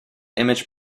image